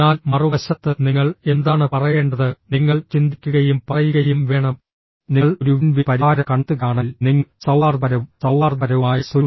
എന്നാൽ മറുവശത്ത് നിങ്ങൾ എന്താണ് പറയേണ്ടത് നിങ്ങൾ ചിന്തിക്കുകയും പറയുകയും വേണം നിങ്ങൾ ഒരു വിൻ വിൻ പരിഹാരം കണ്ടെത്തുകയാണെങ്കിൽ നിങ്ങൾ സൌഹാർദ്ദപരവും സൌഹാർദ്ദപരവുമായ solution